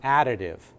additive